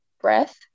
breath